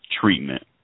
treatment